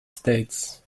states